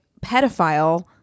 pedophile